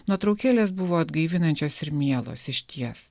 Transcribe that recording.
nuotraukėlės buvo atgaivinančios ir mielos išties